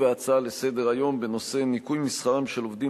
בהצעות לסדר-היום בנושא: ניכוי משכרם של עובדים